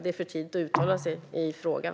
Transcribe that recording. Det är för tidigt att uttala sig i frågan.